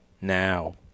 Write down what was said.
now